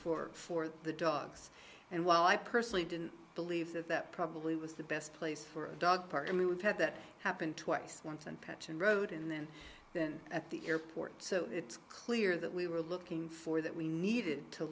for for the dogs and while i personally didn't believe that that probably was the best place for a dog park and we've had that happen twice once and patch and road and then at the airport so it's clear that we were looking for that we needed to